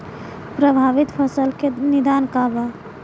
प्रभावित फसल के निदान का बा?